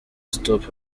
stop